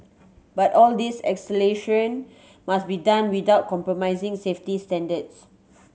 but all this acceleration must be done without compromising safety standards